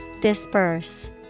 Disperse